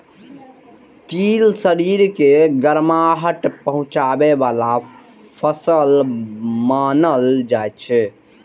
तिल शरीर के गरमाहट पहुंचाबै बला फसल मानल जाइ छै